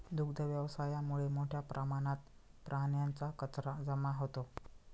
दुग्ध व्यवसायामुळे मोठ्या प्रमाणात प्राण्यांचा कचरा जमा होतो